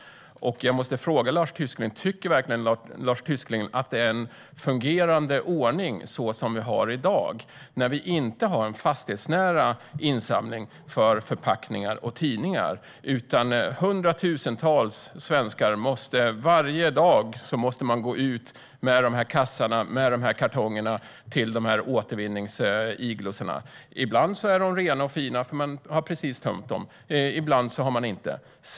Jag måste fråga Lars Tysklind: Tycker du verkligen att det är en fungerande ordning så som vi har det i dag, när vi inte har en fastighetsnära insamling för förpackningar och tidningar utan hundratusentals svenskar varje dag måste gå med sina kassar och kartonger till återvinningsiglorna? Ibland är dessa rena och fina därför att man precis har tömt dem, men ibland har man inte gjort det.